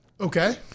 Okay